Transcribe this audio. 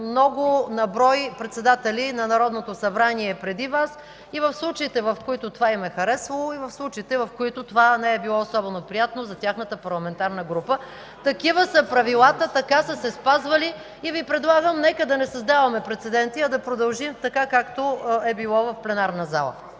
много на брой председатели на Народното събрание преди Вас и в случаите, в които това им е харесвало, и в случаите, в които това не е било особено приятно за тяхната парламентарна група. (Реплики и възгласи от ГЕРБ.) Такива са правилата, така са се спазвали и Ви предлагам да не създаваме прецеденти, а да продължим така, както е било в пленарната зала.